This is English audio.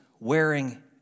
Wearing